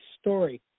story